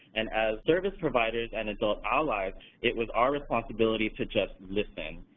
and as service providers and adult allies, it was our responsibility to just listen.